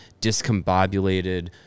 discombobulated